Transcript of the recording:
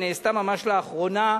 שנעשתה ממש לאחרונה,